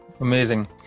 Amazing